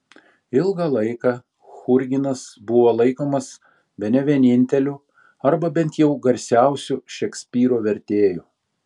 ilgą laiką churginas buvo laikomas bene vieninteliu arba bent jau garsiausiu šekspyro vertėju